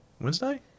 Wednesday